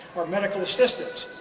our medical assistants,